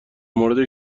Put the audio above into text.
مورد